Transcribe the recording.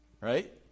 right